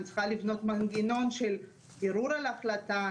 אני צריכה לבנות מנגנון של ערעור על ההחלטה,